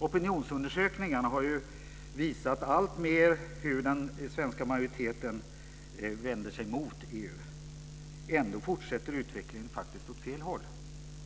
Opininionsundersökningarna har ju visat alltmer hur den svenska majoriteten vänder sig mot EU. Ändå fortsätter utvecklingen faktiskt åt fel håll.